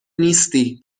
نیستی